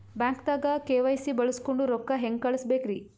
ಬ್ಯಾಂಕ್ದಾಗ ಕೆ.ವೈ.ಸಿ ಬಳಸ್ಕೊಂಡ್ ರೊಕ್ಕ ಹೆಂಗ್ ಕಳಸ್ ಬೇಕ್ರಿ?